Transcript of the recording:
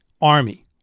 army